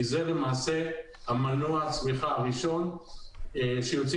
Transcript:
כי זה למעשה מנוע הצמיחה הראשון שיוציא